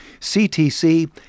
CTC